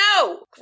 no